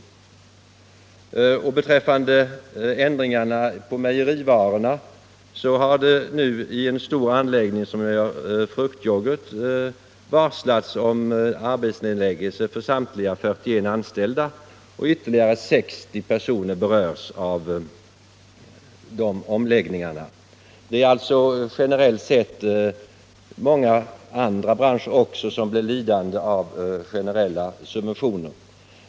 Som en följd av ändringarna när det gäller mejerivarorna har det nu på en stor anläggning där man gör fruktyoghurt varslats om permission för samtliga 41 anställda, och ytterligare 60 personer berörs av de omläggningarna. Det är ganska många branscher, utöver de direkt berörda, som blir lidande av selektiva subventioner.